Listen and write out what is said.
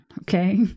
Okay